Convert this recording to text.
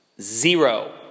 Zero